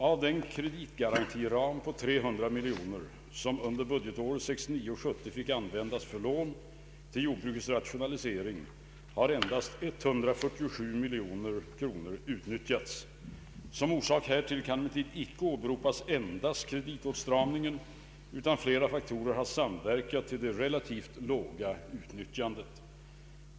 Av den kreditgarantiram på 300 miljoner kronor som under budgetåret 1969/70 fick användas för lån till jordbrukets rationalisering har endast 147 miljoner kronor utnyttjats. Som orsak härtill kan emellertid inte åberopas endast kreditåtstramningen, utan flera faktorer har samverkat till det relativt låga utnyttjandet.